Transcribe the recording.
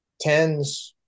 tens